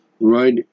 right